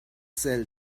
sell